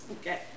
Okay